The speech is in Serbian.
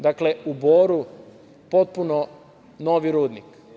Dakle, u Boru potpuno novi rudnik.